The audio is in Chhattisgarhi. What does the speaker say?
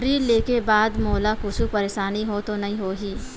ऋण लेके बाद मोला कुछु परेशानी तो नहीं होही?